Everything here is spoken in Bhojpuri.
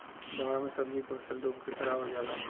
दहाड़ मे सब्जी के फसल डूब के खाराब हो जला